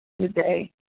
today